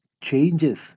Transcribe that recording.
changes